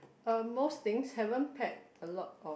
um most things haven't packed a lot of